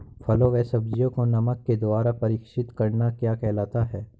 फलों व सब्जियों को नमक के द्वारा परीक्षित करना क्या कहलाता है?